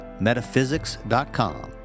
metaphysics.com